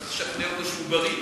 צריך לשכנע אותו שהוא בריא,